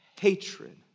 hatred